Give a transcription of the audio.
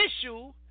issue